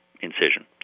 incision